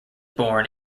born